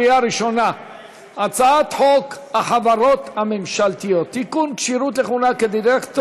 (תיקון, הארכת ההטבות במס לאזור קו עימות דרומי),